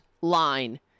line